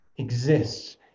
exists